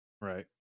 Right